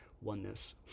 oneness